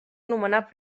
nomenat